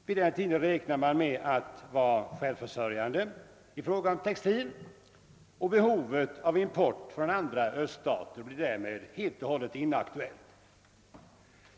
Vid den tiden skall man vara självförsörjande när det gäller textilier, och därmed blir det inte längre aktuellt med någon import från andra öststater.